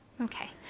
okay